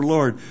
Lord